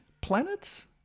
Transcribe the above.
planets